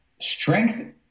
strength